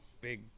big